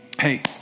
Hey